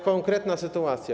Konkretna sytuacja.